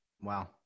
Wow